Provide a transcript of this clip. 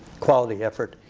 quality effort?